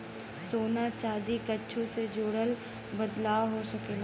सोना चादी कुच्छो से जुड़ल बदलाव हो सकेला